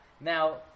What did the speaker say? Now